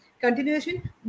continuation